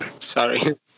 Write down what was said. Sorry